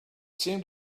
seemed